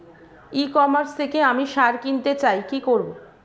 ই commerce থেকে আমি সার কিনতে চাই কি করব?